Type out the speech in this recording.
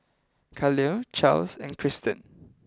Khalil Charles and Christen